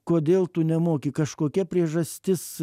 kodėl tu nemoki kažkokia priežastis